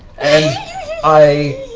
and i